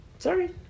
Sorry